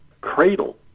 cradle